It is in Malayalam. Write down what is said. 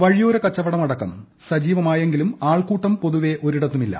വഴിയോര കച്ചവടമടക്കം സജീവമായെങ്കിലും ആൾക്കൂട്ടം പൊതുവേ ഒരിടത്തുമില്ല